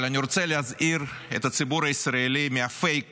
אבל אני רוצה להזהיר את הציבור הישראלי מהפייק